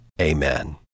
Amen